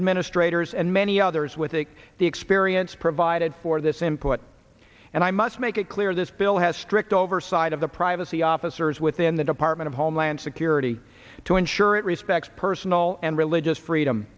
administrators and many others with a the experience provided for this important and i must make it clear this bill has strict oversight of the privacy officers within the department of homeland security to ensure it respects personal and religious freedom